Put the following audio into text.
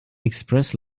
express